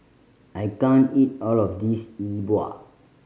I can't eat all of this Yi Bua